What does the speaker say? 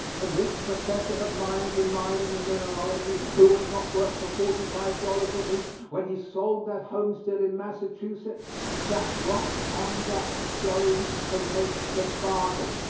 and this professor of mines and mining and mineralogy, who would not work for forty-five dollars a week, when he sold that homestead in massachusetts, sat right on that stone to make the bargain.